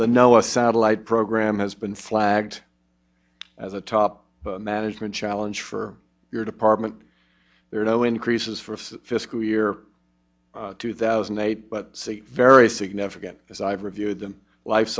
the no a satellite program has been flagged as a top management challenge for your department there are no increases for fiscal year two thousand and eight but see very significant as i've reviewed them life